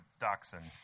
dachshund